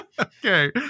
Okay